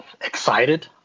Excited